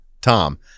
Tom